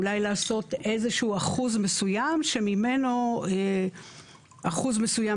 אולי לעשות איזה שהוא אחוז מסוים שממנו אחוז מסוים